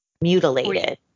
mutilated